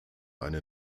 eine